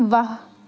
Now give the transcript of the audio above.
ਵਾਹ